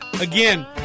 Again